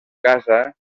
casa